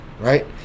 right